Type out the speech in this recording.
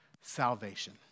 salvation